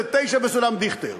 זה תשע בסולם דיכטר.